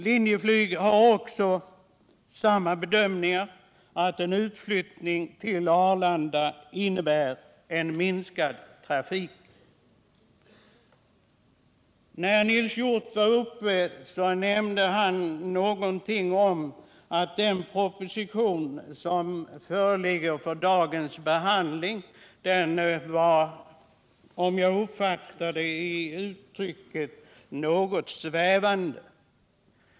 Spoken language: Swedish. Linjeflyg gör samma bedömning: en utflyttning till Arlanda innebär minskad trafik. Nils Hjorth sade att den proposition som nu behandlas var, om jag uppfattade honom rätt, något svävande.